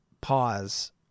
pause